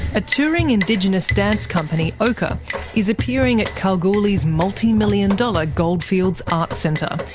ah touring indigenous dance company ochre is appearing at kalgoorlie's multi-million-dollar goldfields arts centre,